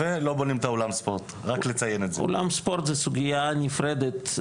זו סוגיה נפרדת.